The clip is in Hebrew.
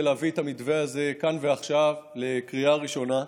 להביא את המתווה הזה כאן ועכשיו לקריאה ראשונה.